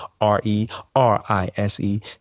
R-E-R-I-S-E